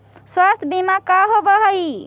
स्वास्थ्य बीमा का होव हइ?